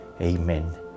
Amen